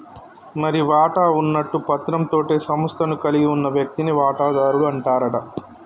మరి వాటా ఉన్నట్టు పత్రం తోటే సంస్థను కలిగి ఉన్న వ్యక్తిని వాటాదారుడు అంటారట